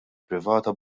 privata